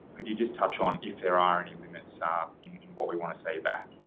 could you just touch on if there are any limits ah in in what we want to say back?